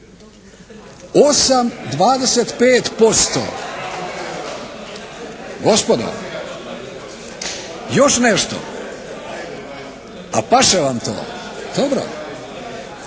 … Gospodo još nešto, a paše vam to, dobro.